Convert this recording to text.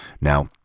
now